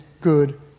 good